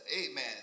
amen